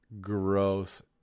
Gross